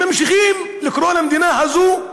וממשיכים לקרוא למדינה הזאת,